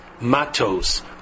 Matos